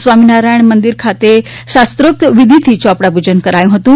સ્વામિનારાયણ મંદિર ખાતે શસ્ત્રોક્ત વિધિથી યોપડાપૂજન કરાયું હતું